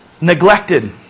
neglected